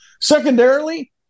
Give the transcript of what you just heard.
Secondarily